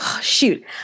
Shoot